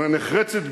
נחרצת,